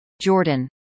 Jordan